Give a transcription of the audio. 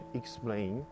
explain